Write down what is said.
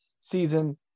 season